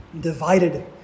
divided